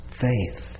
faith